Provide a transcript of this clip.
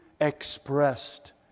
expressed